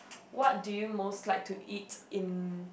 what do you most like to eat in